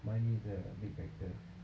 money is a big factor